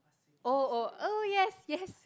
oh oh oh yes yes